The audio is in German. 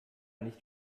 nicht